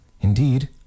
Indeed